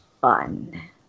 fun